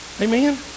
Amen